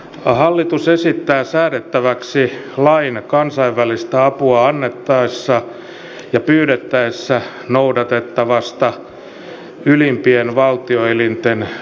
hallitus esittää säädettäväksi lain kansainvälistä apua annettaessa ja pyydettäessä noudatettavasta ylimpien valtioelinten päätöksentekomenettelystä